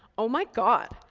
oh, my god,